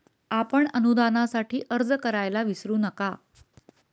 आपण अनुदानासाठी अर्ज करायला विसरू नका